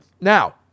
Now